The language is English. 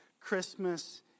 Christmas